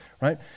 right